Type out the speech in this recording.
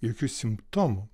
jokių simptomų